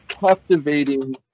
captivating